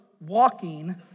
walking